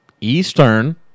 Eastern